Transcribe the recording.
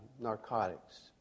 narcotics